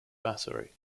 battery